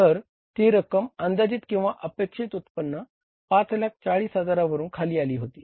तर ती रक्क्म अंदाजित किंवा अपेक्षित उत्पन्न 540000 वरून खाली आली होती